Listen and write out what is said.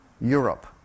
Europe